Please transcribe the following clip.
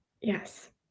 Yes